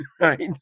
Right